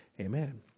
Amen